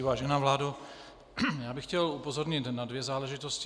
Vážená vládo, já bych chtěl upozornit na dvě záležitosti.